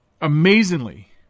amazingly